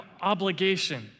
obligation